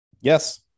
Yes